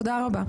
תודה רבה.